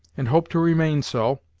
and hope to remain so,